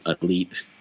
elite